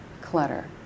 clutter